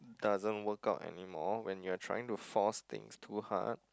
doesn't work out anymore when you're trying to force things too hard